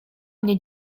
mnie